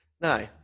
No